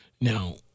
Now